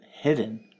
Hidden